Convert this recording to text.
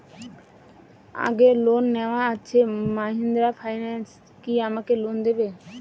আগের লোন নেওয়া আছে মাহিন্দ্রা ফাইন্যান্স কি আমাকে লোন দেবে?